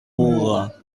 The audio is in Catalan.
muga